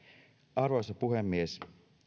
arvoisa puhemies